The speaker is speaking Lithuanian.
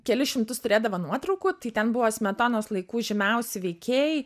kelis šimtus turėdavo nuotraukų tai ten buvo smetonos laikų žymiausi veikėjai